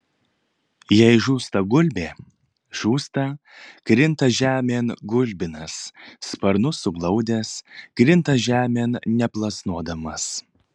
jei žūsta gulbė žūsta krinta žemėn gulbinas sparnus suglaudęs krinta žemėn neplasnodamas